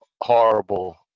horrible